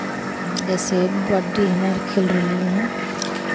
जइसे बड्डी हम आर खेल रहलियै हन